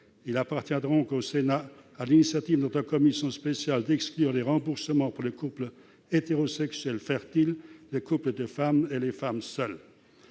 Il appartiendra au Sénat, sur l'initiative de la commission spéciale, d'exclure le remboursement pour les couples hétérosexuels fertiles, les couples de femmes et les femmes seules.